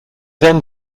then